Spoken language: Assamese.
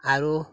আৰু